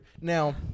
Now